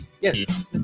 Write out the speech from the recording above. Yes